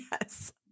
Yes